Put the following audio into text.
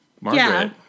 Margaret